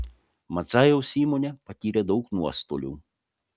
madzajaus įmonė patyrė daug nuostolių